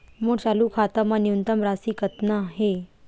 मोर चालू खाता मा न्यूनतम राशि कतना हे?